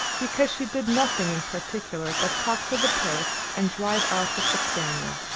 because she did nothing in particular but talk to the parrots and drive out with the spaniel.